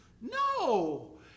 No